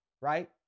right